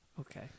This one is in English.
Okay